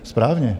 Správně.